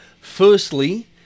Firstly